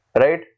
right